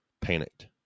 panicked